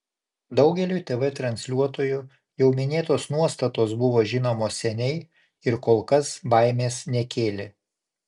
daugeliui tv transliuotojų jau minėtos nuostatos buvo žinomos seniai ir kol kas baimės nekėlė